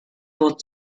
wort